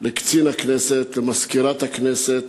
לקצין הכנסת,